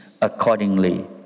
accordingly